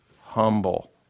humble